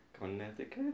Connecticut